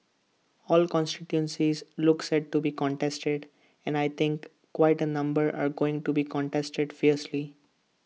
all constituencies look set to be contested and I think quite A number are going to be contested fiercely